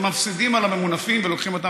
הם מפסידים על הממונפים ולוקחים אותם,